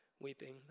weeping